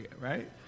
right